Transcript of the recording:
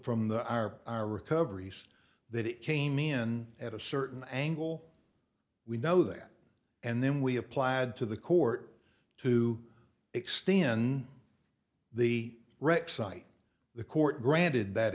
from the our recoveries that it came in at a certain angle we know that and then we applied to the court to extend the wreck site the court granted that